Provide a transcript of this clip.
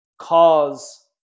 cause